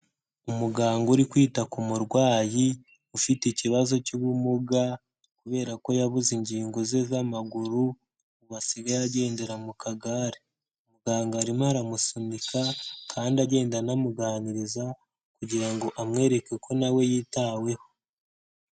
Umuganga uri kwita ku murwayi ufite ikibazo cy'ubumuga kubera ko yabuze ingingo ze z'amaguru ubu asigaye agendera mu kagare, muganga arimo aramusunika kandi agenda anamuganiriza kugira ngo amwereke ko nawe yitaweho.